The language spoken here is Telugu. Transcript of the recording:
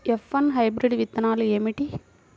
ఎఫ్ వన్ హైబ్రిడ్ విత్తనాలు ఏమిటి?